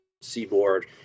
seaboard